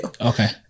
Okay